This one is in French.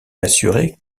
assuré